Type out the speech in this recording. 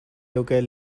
local